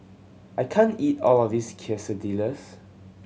I can't eat all of this Quesadillas